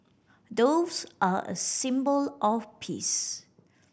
doves are a symbol of peace